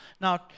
Now